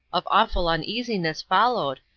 of awful uneasiness followed,